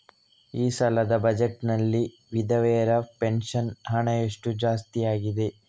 ಈ ಸಲದ ಬಜೆಟ್ ನಲ್ಲಿ ವಿಧವೆರ ಪೆನ್ಷನ್ ಹಣ ಎಷ್ಟು ಜಾಸ್ತಿ ಆಗಿದೆ?